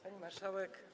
Pani Marszałek!